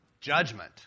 Judgment